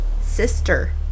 sister